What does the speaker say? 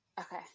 Okay